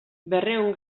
berrehun